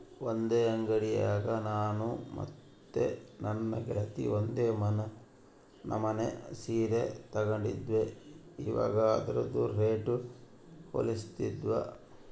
ಒಂದೇ ಅಂಡಿಯಾಗ ನಾನು ಮತ್ತೆ ನನ್ನ ಗೆಳತಿ ಒಂದೇ ನಮನೆ ಸೀರೆ ತಗಂಡಿದ್ವಿ, ಇವಗ ಅದ್ರುದು ರೇಟು ಹೋಲಿಸ್ತಿದ್ವಿ